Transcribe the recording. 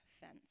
fence